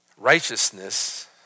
Righteousness